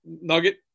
nugget